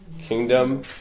kingdom